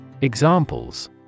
Examples